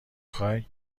خوای